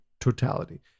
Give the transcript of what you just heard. totality